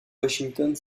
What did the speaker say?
washington